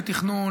לתכנון,